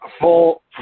Full